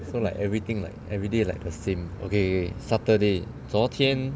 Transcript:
so like everything like everyday like the same okay saturday 昨天